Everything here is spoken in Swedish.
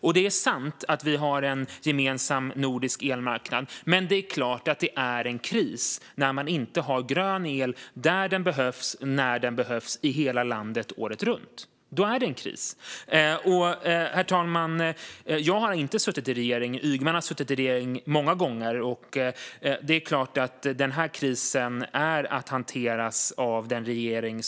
Det är också sant att vi har en gemensam nordisk elmarknad, men det är klart att det är en kris när man inte har grön el där den behövs och när den behövs i hela landet året runt. Då är det en kris. Herr talman! Jag har inte suttit i någon regering. Ygeman har däremot suttit i regering många gånger, och det är klart att den här krisen ska hanteras av sittande regering.